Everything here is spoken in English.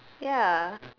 ya